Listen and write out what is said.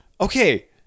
Okay